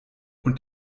und